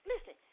listen